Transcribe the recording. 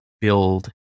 build